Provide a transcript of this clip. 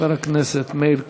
חבר הכנסת מאיר כהן,